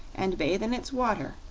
and bathe in its water,